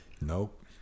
Nope